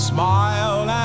Smile